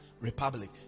Republic